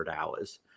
hours